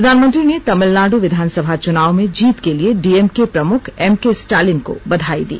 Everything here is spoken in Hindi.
प्रधानमंत्री ने तमिलनाडू विधानसभा चुनाव में जीत के लिए डीएमके प्रमुख एमकेस्टालिन को बधाई दी